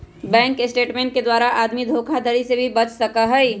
bank statement के द्वारा आदमी धोखाधडी से भी बच सका हई